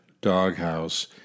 doghouse